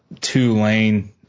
two-lane